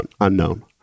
unknown